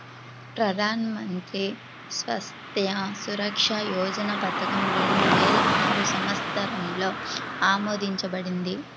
ప్రధాన్ మంత్రి స్వాస్థ్య సురక్ష యోజన పథకం రెండు వేల ఆరు సంవత్సరంలో ఆమోదించబడింది